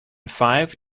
five